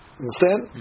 understand